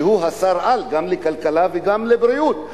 שהוא שר-על גם לכלכלה וגם לבריאות,